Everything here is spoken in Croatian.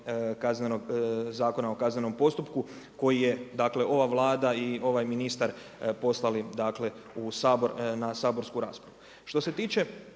Zakona o kaznenom postupku koji je, dakle ova Vlada i ovaj ministar poslali, dakle u Sabor na saborsku raspravu.